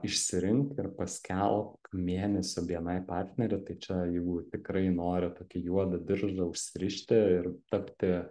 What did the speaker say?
išsirink ir paskelbk mėnesio bni partnerį tai čia jeigu tikrai nori tokį juodą diržą užsirišti ir tapti